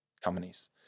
companies